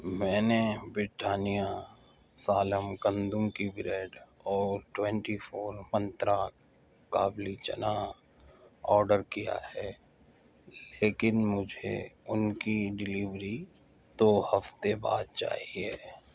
میں نے بریٹانیا سالم گندم کی بریڈ اور ٹوینٹی فور منترا کابلی چنا آڈر کیا ہے لیکن مجھے ان کی ڈیلیوری دو ہفتے بعد چاہیے